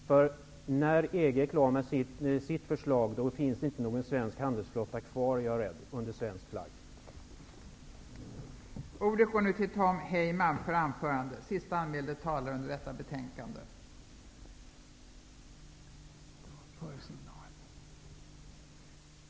När EG är klar med sitt förslag är jag rädd för att det inte finns någon svensk handelsflotta under svensk flagg kvar.